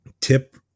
tip